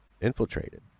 infiltrated